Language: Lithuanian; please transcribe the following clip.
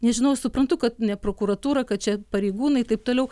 nežinau suprantu kad ne prokuratūra kad čia pareigūnai taip toliau